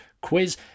quiz